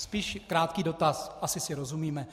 Spíš krátký dotaz asi si rozumíme.